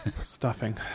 stuffing